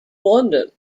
london